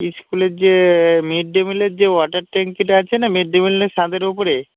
স্কুলের যে mid day মিলের যে ওয়াটার ট্যাঙ্কিটা আছে না মিড ডে মিলের ছাদের উপরে